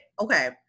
Okay